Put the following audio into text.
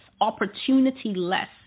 opportunity-less